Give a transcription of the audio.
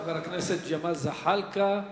חבר הכנסת ג'מאל זחאלקה.